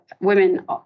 women